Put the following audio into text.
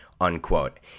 Unquote